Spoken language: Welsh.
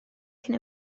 cyn